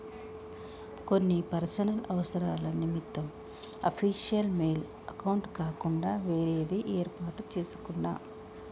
కొన్ని పర్సనల్ అవసరాల నిమిత్తం అఫీషియల్ మెయిల్ అకౌంట్ కాకుండా వేరేది యేర్పాటు చేసుకున్నా